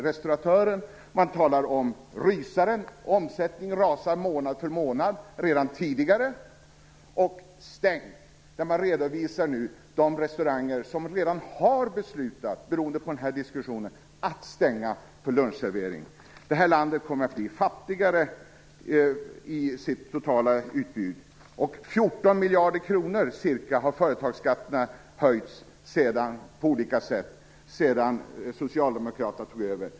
Restauratören talar t.ex. om en rysare och skriver att omsättningen redan tidigare rasade månad för månad, och man redovisar nu de restauranger som redan, beroende på denna diskussion, har beslutat stänga lunchserveringen. Det här landet kommer att bli fattigare i sitt totala utbud. Företagsskatterna har höjts med ca 14 miljarder kronor på olika sätt sedan Socialdemokraterna tog över.